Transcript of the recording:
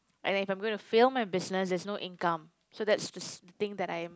and if I'm gonna fail my business there's no income so that's s~ the thing that I'm